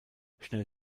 schnell